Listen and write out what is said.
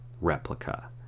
replica